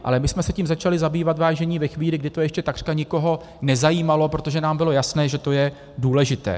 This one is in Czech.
Ale my jsme se tím začali zabývat, vážení, ve chvíli, kdy to ještě takřka nikoho nezajímalo, protože nám bylo jasné, že to je důležité.